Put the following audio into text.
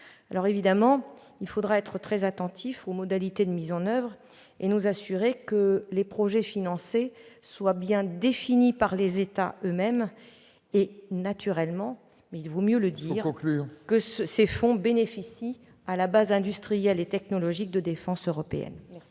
évidemment d'être très attentif aux modalités de mise en oeuvre, en vue de nous assurer que les projets financés soient bien définis par les États eux-mêmes. Il faut conclure ! Naturellement- mais il vaut mieux le dire -, ces fonds bénéficient à la base industrielle et technologique de défense européenne.